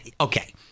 okay